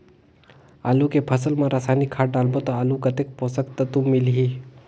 आलू के फसल मा रसायनिक खाद डालबो ता आलू कतेक पोषक तत्व मिलही?